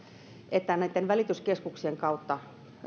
että näitten välityskeskuksien kautta